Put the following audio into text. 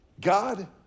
God